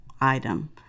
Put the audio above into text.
item